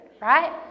right